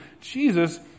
Jesus